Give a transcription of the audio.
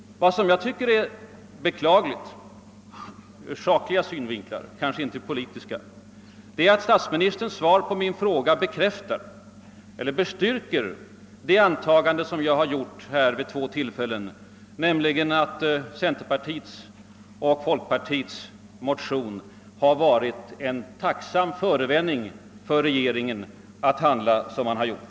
Vad jag tycker är beklagligt ur sakliga synpunkter, kanske inte ur politiska, är att statsministerns svar på min fråga bestyrker det antagande som jag har gjort här vid två tillfällen, nämligen att centerpartiets och folkpartiets motion enbart har varit en tacksam förevändning för regeringen att handla som den har gjort.